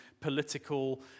political